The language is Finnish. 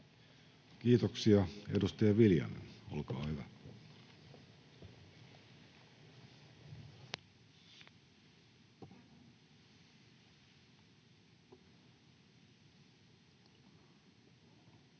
Kiitoksia. — Edustaja Viljanen, olkaa hyvä. Arvoisa